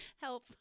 help